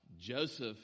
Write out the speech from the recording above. Joseph